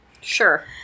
Sure